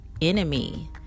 enemy